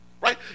right